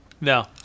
No